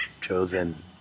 chosen